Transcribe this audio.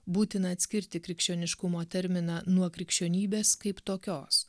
būtina atskirti krikščioniškumo terminą nuo krikščionybės kaip tokios